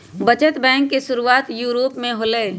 बचत बैंक के शुरुआत यूरोप में होलय